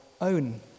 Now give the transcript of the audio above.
own